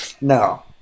no